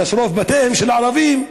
לשרוף בתיהם של ערבים,